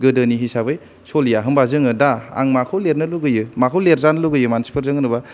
गोदोनि हिसाबै सलिया होमबा जोङो दा आं माखौ लिरनो लुबैयो माखौ लेरजानो लुबैयो मानसिफोरजों होनोबा